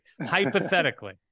hypothetically